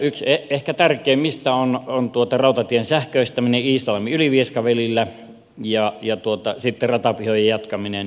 yksi ehkä tärkeimmistä on rautatien sähköistäminen iisalmiylivieska välillä ja ratapihojen jatkaminen